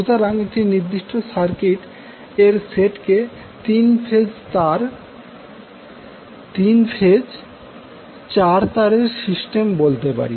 সুতরাং এই নির্দিষ্ট সার্কিট এর সেটকে 3 ফেজ 4 তারের সিস্টেম বলা হয়